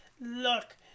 look